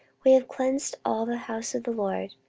we have cleansed all the house of the lord,